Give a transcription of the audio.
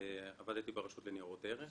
עבדתי ברשות לניירות ערך.